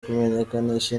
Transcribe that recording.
kumenyekanisha